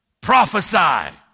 Prophesy